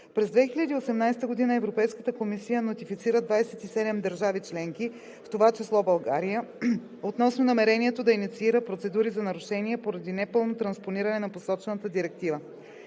през 2018 г. Европейската комисия нотифицира 27 държави членки, в това число България, относно намерението да инициира процедури за нарушение поради непълно транспониране на посочената директива.